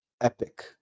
epic